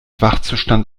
wachzustand